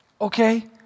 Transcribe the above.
okay